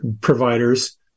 providers